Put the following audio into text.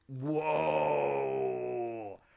Whoa